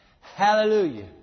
hallelujah